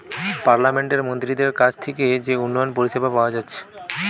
পার্লামেন্টের মন্ত্রীদের কাছ থিকে যে উন্নয়ন পরিষেবা পাওয়া যাচ্ছে